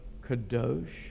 Kadosh